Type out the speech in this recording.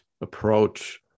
approach